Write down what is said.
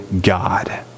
God